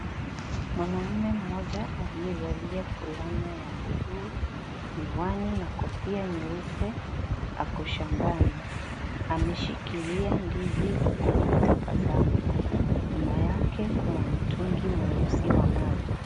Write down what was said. Mwanaume mmoja aliyevalia fulana ya buluu, miwani na kofia nyeupe ako shambani ameshikilia ndizi huku akitabasamu nyuma yake kuna mtungi mweusi wenye maji.